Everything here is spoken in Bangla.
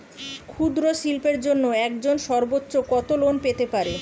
ক্ষুদ্রশিল্পের জন্য একজন সর্বোচ্চ কত লোন পেতে পারে?